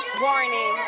warning